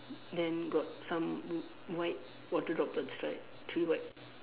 then got some w~ white water droplets right three white